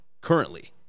currently